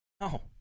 No